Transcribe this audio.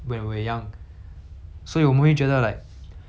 like err 怎样讲 ah like 我们学我们